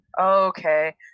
Okay